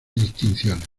distinciones